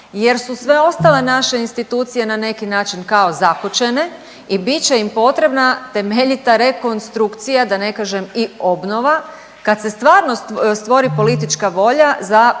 jer su sve ostale naše institucije na neki način kao zakočene i bit će im potrebna temeljita rekonstrukcija, da ne kažem i obnova kad se stvarno stvori politička volja za progon